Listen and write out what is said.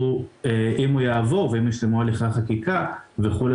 אם הוא יעבור ואם יושלמו הליכי החקיקה וכו',